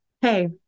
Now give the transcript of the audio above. hey